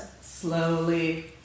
slowly